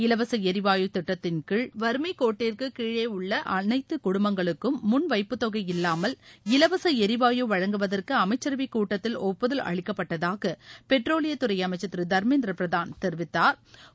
இலவச எரிவாயு திட்டத்தின்கீழ் வறுமை கோட்டிற்கு கீழே உள்ள அனைத்து குடும்பங்களுக்கும் முன் வைப்புத்தொகை இல்லாமல் இலவச எரிவாயு வழங்குவதற்கு அமைச்சரவை கூட்டத்தில் ஒப்புதல் அளிக்கப்பட்டதாக பெட்ரோலியத்துறை அமைச்சர் திரு தர்மேந்திர பிரதான் தெரிவித்தாா்